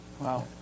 Wow